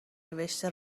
نوشته